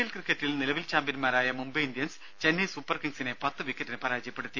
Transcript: L ക്രിക്കറ്റിൽ നിലവിൽ ചാമ്പ്യൻമാരായ മുംബൈ ഇന്ത്യൻസ് ചെന്നൈ സൂപ്പർകിംഗ്സിനെ പത്തുവിക്കറ്റിന് പരാജയപ്പെടുത്തി